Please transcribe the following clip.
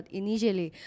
initially